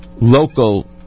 local